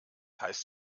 heißt